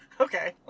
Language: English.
Okay